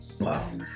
Wow